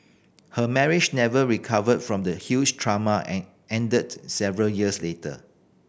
her marriage never recovered from the huge trauma and ended several years later